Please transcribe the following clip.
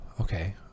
okay